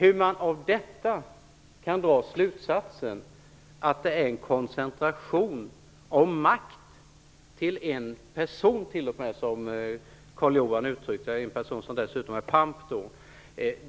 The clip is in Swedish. Hur man av detta kan dra slutsatsen att det är en koncentration av makten till en person, som dessutom är pamp som Carl-Johan Wilson uttryckte